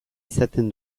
izaten